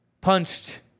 punched